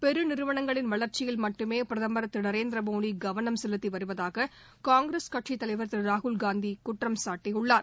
பெரு நிறுவனங்களின் வளர்ச்சியில் மட்டுமே பிரதமர் திரு நரேந்திர மோடி கவனம் செலுத்தி வருவதாக காங்கிரஸ் கட்சித் தலைவர் திரு ராகுல் காந்தி குற்றம்சாட்டியுள்ளார்